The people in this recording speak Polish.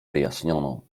wyjaśnioną